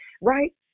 Right